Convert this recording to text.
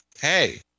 hey